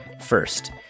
First